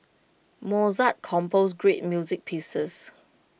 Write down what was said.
Mozart composed great music pieces